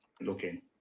looking